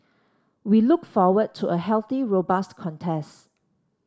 we look forward to a healthy robust contest